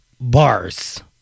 bars